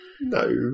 No